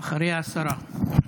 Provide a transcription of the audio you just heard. אחריה השרה.